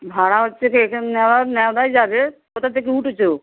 ভাড়া হচ্ছে কি এখানে নেওয়া যাবে কোথার থেকে উঠেছে